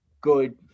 good